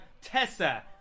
Tessa